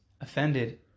offended